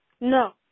No